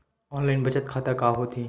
Online बचत खाता का होथे?